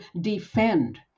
defend